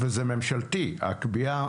וזה ממשלתי הקביעה,